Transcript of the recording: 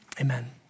amen